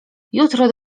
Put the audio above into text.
jutro